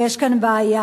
יש כאן בעיה.